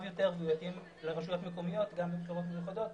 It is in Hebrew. יותר ויתאים לרשויות מקומיות גם לבחירות מיוחדות,